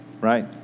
right